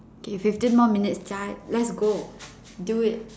okay fifteen more minutes 加 let's go do it